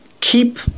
keep